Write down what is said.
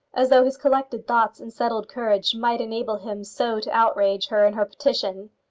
as though his collected thoughts and settled courage might enable him so to outrage her in her petition.